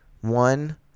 One